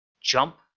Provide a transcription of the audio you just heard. jump